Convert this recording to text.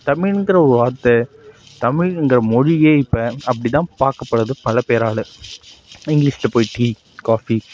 தமிழ்கிற ஒரு வார்த்தை தமிழ்கிற மொழியே இப்போ அப்படித்தான் பார்க்கபடுது பல பேரால் இங்கிலீஷில் போய் டீ காஃபி